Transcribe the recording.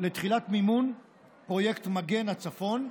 לתחילת מימון פרויקט מגן הצפון.